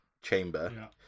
chamber